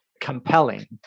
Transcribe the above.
compelling